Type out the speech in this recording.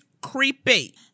creepy